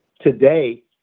today